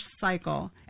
cycle